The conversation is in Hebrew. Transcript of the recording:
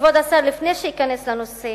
כבוד השר, לפני שניכנס לנושא